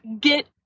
get